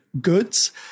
goods